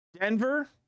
Denver